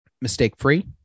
mistake-free